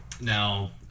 Now